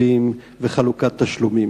כספים וחלוקת תשלומים.